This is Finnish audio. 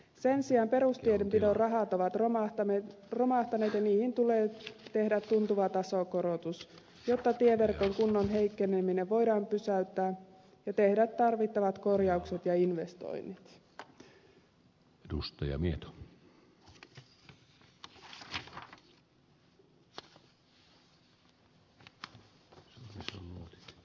sen sijaan perustienpidon rahat ovat romahtaneet ja niihin tulee tehdä tuntuva tasokorotus jotta tieverkon kunnon heikkeneminen voidaan pysäyttää ja tehdä tarvittavat korjaukset ja investoinnit